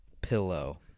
pillow